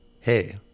Hey